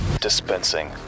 dispensing